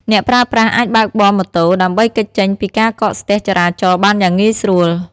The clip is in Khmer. អ្នកប្រើប្រាស់អាចបើកបរម៉ូតូ ដើម្បីគេចចេញពីការកកស្ទះចរាចរណ៍បានយ៉ាងងាយស្រួល។